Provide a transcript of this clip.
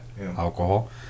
alcohol